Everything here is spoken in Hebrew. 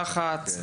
לחץ,